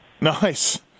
Nice